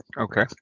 Okay